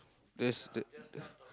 that's the